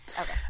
Okay